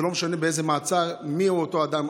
ולא משנה באיזה מעצר ומיהו אותו אדם,